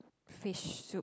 fish soup